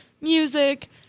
music